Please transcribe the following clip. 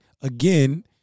again